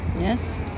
Yes